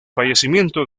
fallecimiento